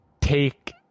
take